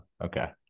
Okay